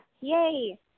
Yay